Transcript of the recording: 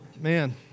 Man